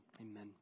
Amen